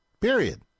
period